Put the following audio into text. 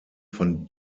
von